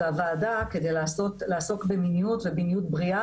לוועדה כדי לעסוק במיניות ובמיניות בריאה